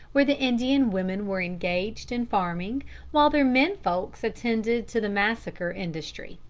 where the indian women were engaged in farming while their men-folks attended to the massacre industry.